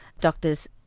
doctors